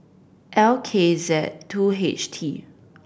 L K Z two H T